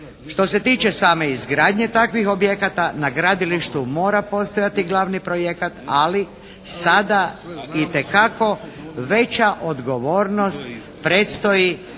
Što se tiče same izgradnje takvih objekata na gradilištu mora postojati glavni projekat ali sada itekako veća odgovornost predstoji